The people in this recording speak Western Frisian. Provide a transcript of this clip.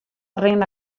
rinne